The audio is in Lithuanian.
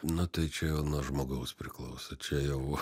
nu tai čia jau nuo žmogaus priklauso čia jau